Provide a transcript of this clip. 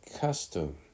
custom